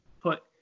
put